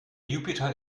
jupiter